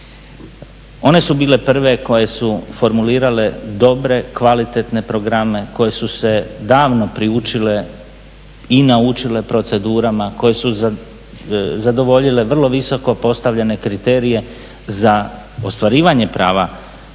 One su bile prve koje su formulirale dobre, kvalitetne programe, koje su se davno proučile i naučile procedurama, koje su zadovoljile vrlo visoko postavljene kriterije za ostvarivanje prava